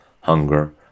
hunger